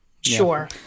Sure